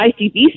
ICBC